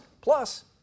plus